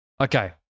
Okay